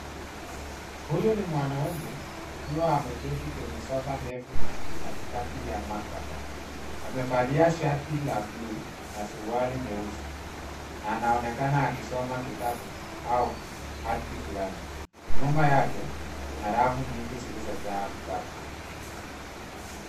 Huyu ni mwanaume akiwa ameketi kwenye sofa ndefu katikati ya maktaba, amevalia shati la buluu na suruali nyeusi na anaonekana akisoma kitabu auhati fulani, nyuma yake kuna rafu nyingi zilizojaa vitabu.